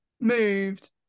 moved